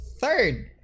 third